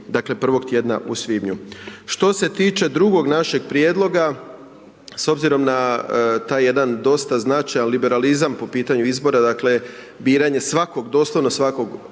Dakle, prvog tjedna u svibnju. Što se tiče drugog našeg prijedloga, s obzirom na taj jedan dosta značajan liberalizam po pitanju izbora, dakle, biranje svakog, doslovno svakog